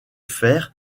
fer